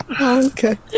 Okay